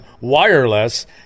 wireless